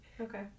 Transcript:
Okay